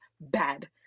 bad